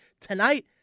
Tonight